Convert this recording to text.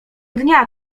dnia